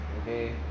Okay